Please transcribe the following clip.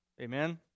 Amen